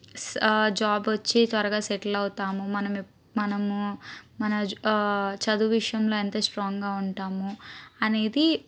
job వచ్చి త్వరగా settle అవుతాము మనము మనము మన చదువు విషయంలో ఎంత స్ట్రాంగ్గా ఉంటాము అనేది